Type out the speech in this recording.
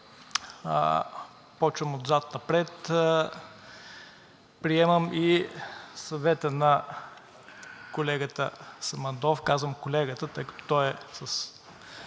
Започвам отзад напред. Приемам и съвета на колегата Самандов, казвам колегата, тъй като той е с